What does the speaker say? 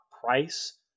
price